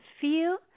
feel